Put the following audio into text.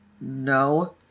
no